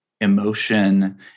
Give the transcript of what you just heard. emotion